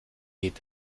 geht